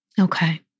Okay